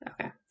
Okay